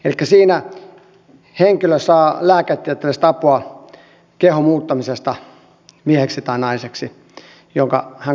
elikkä siinä henkilö saa lääketieteellistä apua kehon muuttamiseen mieheksi tai naiseksi joka hän kokee olevansa